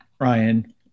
Ryan